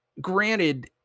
granted